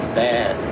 bad